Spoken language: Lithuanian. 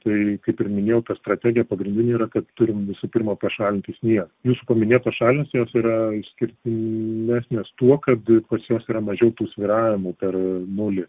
tai kaip ir minėjau ta strategija pagrindinė ir kad turim visų pirma pašalinti sniegą jūsų paminėtos minėtos šalys jos yra išskirtinesnės tuo kad pas jas yra mažiau tų svyravimų per nulį